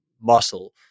muscle